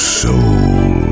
soul